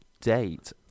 date